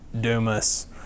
Dumas